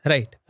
Right